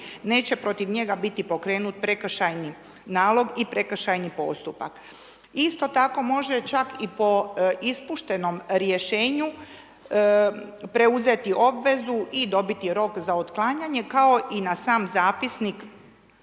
neće protiv njega biti pokrenut, prekršajni nalog i prekršajni postupak. Isto tako može čak i po ispuštenom rješenju preuzeti obvezu i dobiti rok za otklanjanje kao i na sam zapisnik,